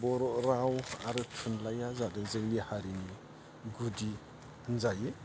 बर' राव आरो थुनलाया जादों जोंनि हारिनि गुदि होनजायो